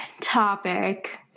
topic